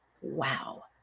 wow